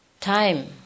time